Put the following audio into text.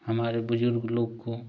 हमारे बुज़ुर्ग लोग को